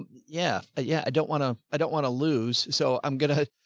yeah. but yeah. i don't want to, i don't want to lose, so i'm going to,